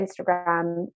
Instagram